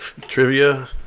trivia